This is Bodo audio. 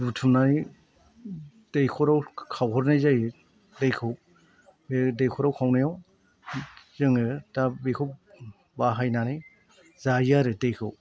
बुथुमनानै दैखराव खावहरनाय जायो दैखौ बे दैखराव खावनायाव जोङो दा बेखौ बाहायनानै जायो आरो दैखौ